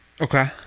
okay